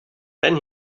then